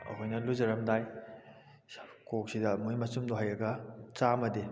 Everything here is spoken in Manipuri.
ꯑꯩꯈꯣꯏꯅ ꯂꯨꯖꯔꯝꯗꯥꯏ ꯀꯣꯛꯁꯤꯗ ꯃꯣꯏ ꯃꯆꯨꯝꯗꯣ ꯍꯩꯔꯒ ꯆꯥꯝꯃꯗꯤ